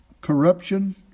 corruption